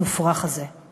מופרך, מופרך הזה.